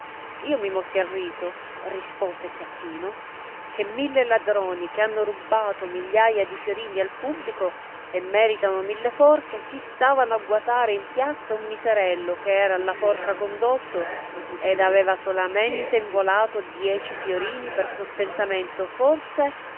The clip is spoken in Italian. io mi mossi al riso rispose chiappino che mille ladroni che hanno rubbato migliaia di fiorini al publico e meritano mille forche si stavano a guatare in piazza un miserello che era alla forca condotto ed aveva solamente involato dieci fiorini per sostentamento forse